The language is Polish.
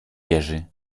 jerzy